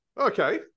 Okay